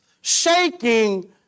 shaking